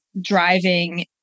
driving